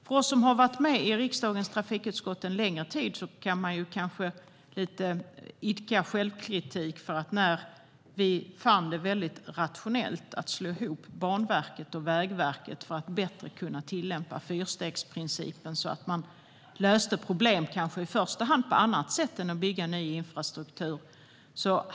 För oss som har varit med i riksdagens trafikutskott en längre tid finns det kanske skäl att idka självkritik. Vi fann det väldigt rationellt att slå ihop Banverket och Vägverket för att bättre kunna tillämpa fyrstegsprincipen, så att man i första hand kanske löste problem på annat sätt än genom att bygga ny infrastruktur.